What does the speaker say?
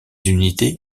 unités